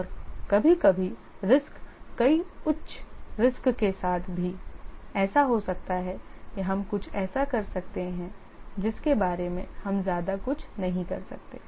और कभी कभी रिस्क कई उच्च रिस्क के साथ भी ऐसा हो सकता है कि हम कुछ ऐसा कर सकते हैं जिसके बारे में हम ज्यादा कुछ नहीं कर सकते